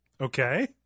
Okay